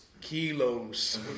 kilos